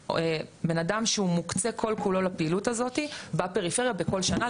בן אדם שהוא מוקצה כל כולו לפעילות הזאתי בפריפריה בכל שנה,